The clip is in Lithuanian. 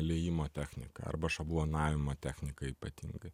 liejimo technika arba šablonavimo technika ypatingai